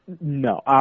No